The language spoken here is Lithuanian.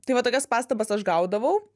tai va tokias pastabas aš gaudavau